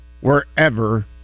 wherever